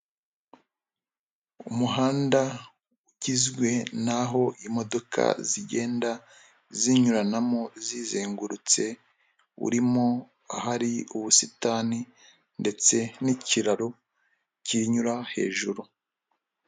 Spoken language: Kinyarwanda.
Umuhanda ugizwe naho imodoka zigenda zinyuranamo zizengurutse, urimo ahari ubusitani ndetse n'ikiraro kinyura hejuru.